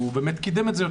הוא באמת קידם את זה,